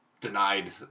denied